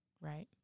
Right